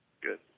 Good